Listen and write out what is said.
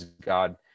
God